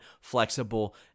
flexible